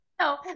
No